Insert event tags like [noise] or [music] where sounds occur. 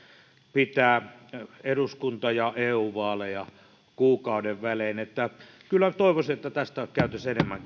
pitää eduskunta ja eu vaaleja kuukauden välein kyllä toivoisin että tästä käytäisiin enemmän [unintelligible]